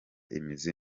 imizi